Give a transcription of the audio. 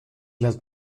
las